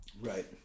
Right